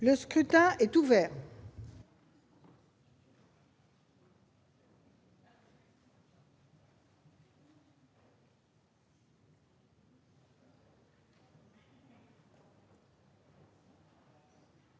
Le scrutin est ouvert.